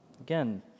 Again